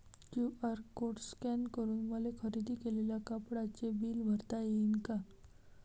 QR code scan करून मले खरेदी केलेल्या कापडाचे बिल भरता यीन का?